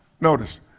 Notice